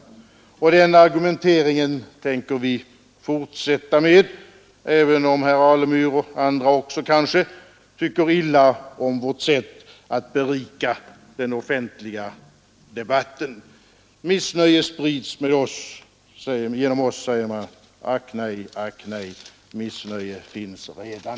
Den argumenteringen tänker vi fortsätta med, även om herr Alemyr och andra kanske tycker illa om vårt sätt att berika den offentliga debatten. Missnöje sprids genom oss, säger man. Ack nej, ack nej, missnöje finns redan!